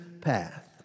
path